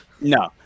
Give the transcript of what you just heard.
no